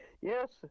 Yes